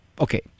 okay